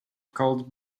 called